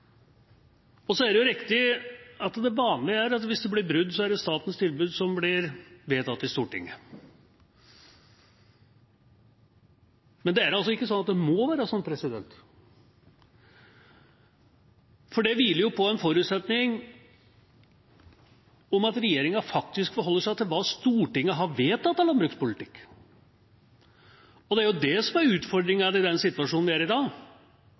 Det er riktig at det vanlige er at hvis det blir brudd, så er det statens tilbud som blir vedtatt i Stortinget. Men det må altså ikke være sånn, for det hviler jo på en forutsetning om at regjeringa faktisk forholder seg til hva Stortinget har vedtatt av landbrukspolitikk. Det er det som er utfordringen i den situasjonen vi er i i dag,